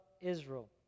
Israel